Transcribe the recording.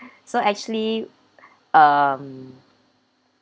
so actually um